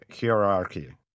hierarchy